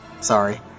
sorry